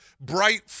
bright